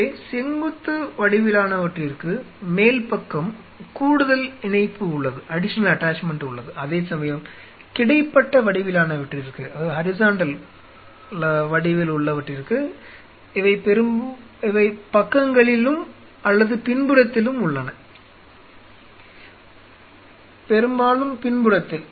எனவே செங்குத்து வடிவிலானவற்றிற்கு மேல்பக்கம் கூடுதல் இணைப்பு உள்ளது அதேசமயம் கிடைமட்ட வடிவிலானவற்றிற்கு அவை பக்கங்களிலும் அல்லது பின்புறத்திலும் உள்ளன பெரும்பாலும் பின்புறத்தில்